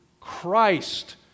Christ